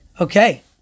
Okay